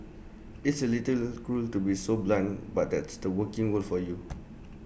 it's A little cruel to be so blunt but that's the working world for you